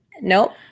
Nope